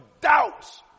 doubts